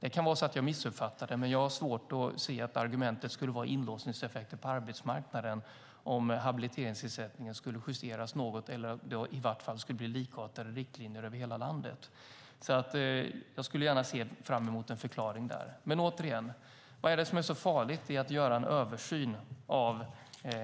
Jag kanske missuppfattade det, men jag har svårt att se att argumentet skulle vara inlåsningseffekter på arbetsmarknaden om habiliteringsersättningen skulle justeras något eller om det i varje fall skulle bli likartade riktlinjer över hela landet. Jag ser fram emot en förklaring. Återigen: Vad är det som är så farligt i att göra en översyn av